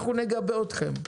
אנחנו נגבה אתכם.